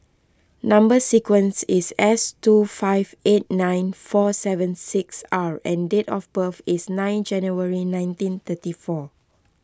Number Sequence is S two five eight nine four seven six R and date of birth is nine January nineteen thirty four